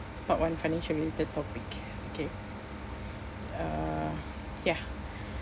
part one financial related topic okay uh ya